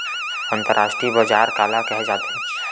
अंतरराष्ट्रीय बजार काला कहे जाथे?